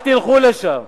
אל תלכו לשם,